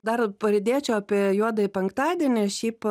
dar pridėčiau apie juodąjį penktadienį šiaip